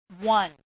One